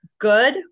Good